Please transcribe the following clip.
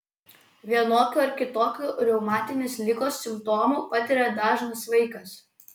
vienokių ar kitokių reumatinės ligos simptomų patiria dažnas vaikas